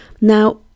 Now